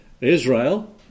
Israel